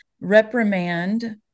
reprimand